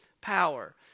power